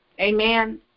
Amen